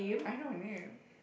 I know her name